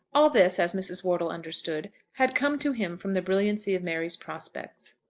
all this, as mrs. wortle understood, had come to him from the brilliancy of mary's prospects.